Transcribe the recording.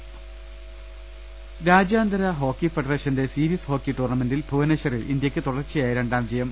രദേഷ്ടെടു രാജ്യാന്തര ഹോക്കി ഫെഡറേഷന്റെ സീരീസ് ഹോക്കി ടൂർണമെന്റിൽ ഭുവനേശ്വറിൽ ഇന്ത്യക്ക് തുടർച്ചയായ രണ്ടാം ജയം